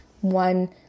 one